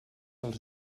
els